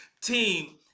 team